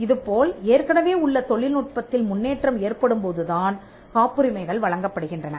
இதேபோல் ஏற்கனவே உள்ள தொழில்நுட்பத்தில் முன்னேற்றம் ஏற்படும்போதுதான் காப்புரிமைகள் வழங்கப்படுகின்றன